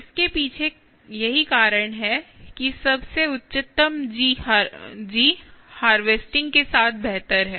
इसके पीछे यही कारण है कि सबसे उच्चतम जी हार्वेस्टिंग के साथ बेहतर है